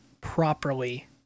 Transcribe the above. properly